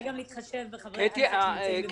גם להתחשב בחברי הכנסת שנמצאים בבידוד.